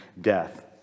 death